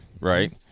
right